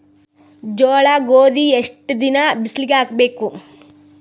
ಜೋಳ ಗೋಧಿ ಎಷ್ಟ ದಿನ ಬಿಸಿಲಿಗೆ ಹಾಕ್ಬೇಕು?